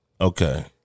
Okay